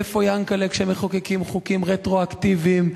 איפה יענקל'ה כשמחוקקים חוקים רטרואקטיביים,